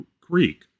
Creek